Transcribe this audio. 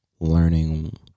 Learning